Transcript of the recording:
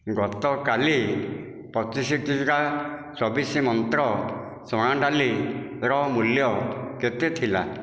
ଗତକାଲି ପଚିଶ କିଗ୍ରା ଚବିଶ ମନ୍ତ୍ର ଚଣା ଡାଲିର ମୂଲ୍ୟ କେତେ ଥିଲା